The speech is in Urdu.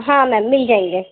ہاں میم مِل جائیں گے